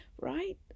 right